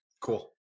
Cool